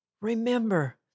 remember